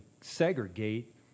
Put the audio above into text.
segregate